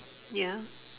ya